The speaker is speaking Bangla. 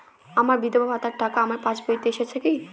আমার বিধবা ভাতার টাকাটা আমার পাসবইতে এসেছে কি?